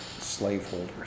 slaveholders